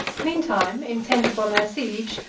meantime, intent upon their siege,